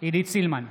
עידית סילמן,